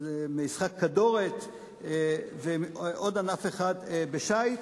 משחק כדורת ועוד ענף אחד בשיט,